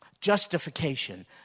justification